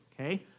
okay